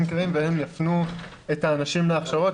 מכירים והם יפנו את האנשים להכשרות.